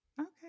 Okay